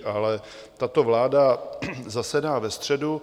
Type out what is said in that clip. Ale tato vláda zasedá ve středu.